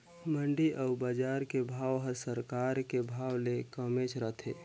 मंडी अउ बजार के भाव हर सरकार के भाव ले कमेच रथे